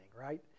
right